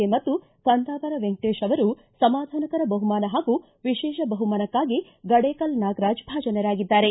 K ಮತ್ತು ಕಂದಾವರ ವೆಂಕಟೇಶ ಅವರು ಸಮಾಧಾನಕರ ಬಹುಮಾನ ಹಾಗೂ ವಿಶೇಷ ಬಹುಮಾನಕ್ಕೆ ಗಡೇಕಲ್ ನಾಗರಾಜ ಭಾಜನರಾಗಿದ್ದಾರೆ